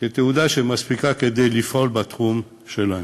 כתעודה שמספיקה כדי לפעול בתחום שלהם.